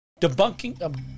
Debunking